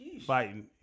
fighting